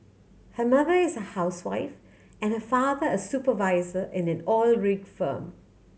her mother is a housewife and her father a supervisor in an oil rig firm